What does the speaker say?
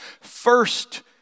first